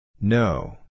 no